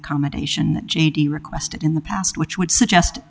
accommodation j t requested in the past which would suggest